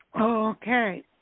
Okay